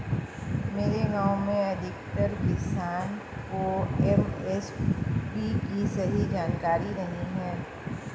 मेरे गांव में अधिकतर किसान को एम.एस.पी की सही जानकारी नहीं है